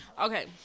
Okay